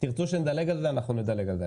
תרצו שנדלג על זה, אנחנו נדלג על זה.